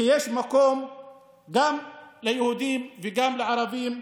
כי יש מקום גם ליהודים וגם לערבים.